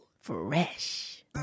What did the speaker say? Fresh